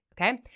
Okay